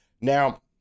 Now